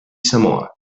samoa